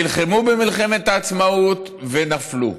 נלחמו במלחמת העצמאות ונפלו.